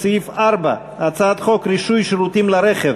כסעיף 4: הצעת חוק רישוי שירותים לרכב,